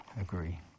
agree